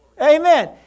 Amen